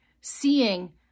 seeing